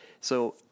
so-